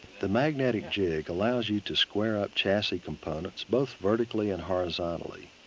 the magnetic jig allows you to square up chassis components both vertically and horizontally.